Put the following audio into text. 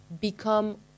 Become